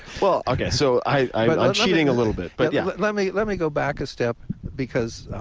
well, okay, so i'm cheating a little bit but yeah. let me let me go back a step because